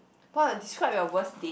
describe your worst date